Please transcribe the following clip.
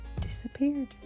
disappeared